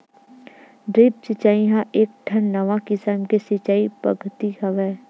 drip सिचई ह एकठन नवा किसम के सिचई पद्यति हवय